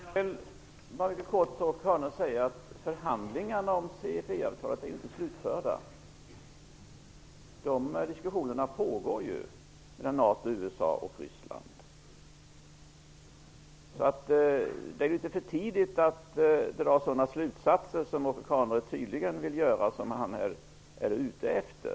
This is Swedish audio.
Fru talman! Jag vill kort till Åke Carnerö säga att förhandlingarna om CFE-avtalet inte är slutförda. Diskussionerna pågår mellan NATO, USA och Ryssland. Det är litet för tidigt att dra sådana slutsatser som Åke Carnerö tydligen är ute efter.